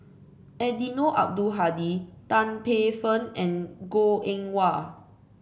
Eddino Abdul Hadi Tan Paey Fern and Goh Eng Wah